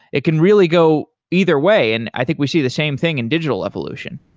it can really go either way, and i think we see the same thing in digital evolution.